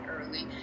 early